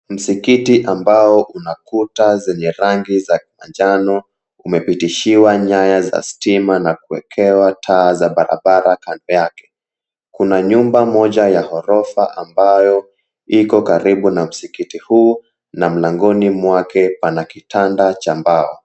Msikiti ambao una kuta zenye rangi za manjano umepitishiwa nyaya za stima na kuekewa taa za barabara kando yake kuna nyumba moja ya ghorofa ambayo iko karibu na msikiti huu na mlangoni mwake pana kitanda cha mbao.